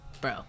bro